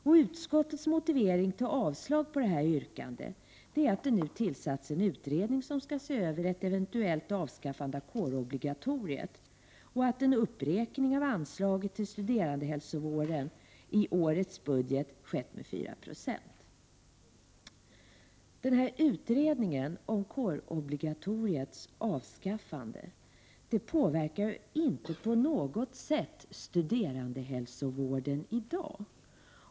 Utskottsmajoritetens motivering för att avstyrka detta yrkande är att det nu har tillsatts en utredning som skall se över ett eventuellt avskaffande av kårobligatoriet och att en uppräkning med 4 96 av anslaget till studerandehälsovården har skett i årets budget. Utredningen om kårobligatoriets avskaffande påverkar inte på något sätt studerandehälsovården i dag.